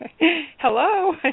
Hello